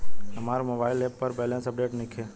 हमार mobile app पर balance update नइखे